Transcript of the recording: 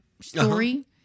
story